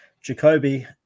Jacoby